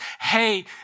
hey